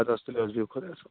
اَدٕ حظ تُلو حظ بِہو خۄدایس حوال